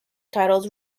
titles